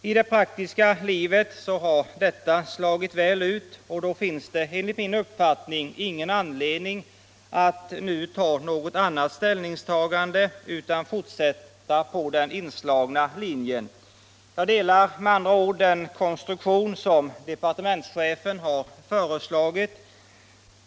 I det praktiska livet har detta slagit väl ut, och då finns det enligt min uppfattning ingen anledning att nu ta någon annan ställning, utan vi bör fortsätta på den inslagna linjen. Jag godtar med andra ord den konstruktion som departementschefen har föreslagit.